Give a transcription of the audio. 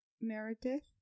Meredith